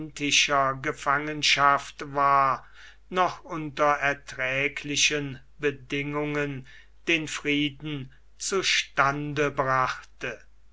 gefangenschaft war noch unter erträglichen bedingungen den frieden zu stande brachte